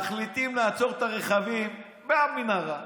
ומחליטים לעצור את הרכבים במנהרה,